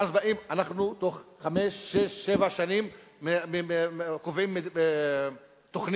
ואז, בתוך חמש, שש, שבע שנים קובעים תוכנית